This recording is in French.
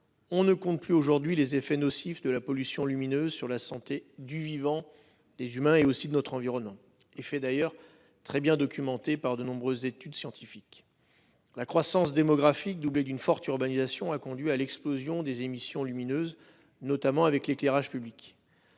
On ne compte plus aujourd'hui les effets nocifs de la pollution lumineuse sur la santé du vivant des humains et aussi de notre environnement. Il fait d'ailleurs très bien documenté par de nombreuses études scientifiques. La croissance démographique doublée d'une forte urbanisation a conduit à l'explosion des émissions lumineuses notamment avec l'éclairage public.